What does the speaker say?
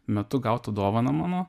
metu gautą dovaną mano